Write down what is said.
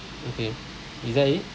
okay is that it